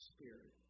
Spirit